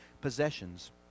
possessions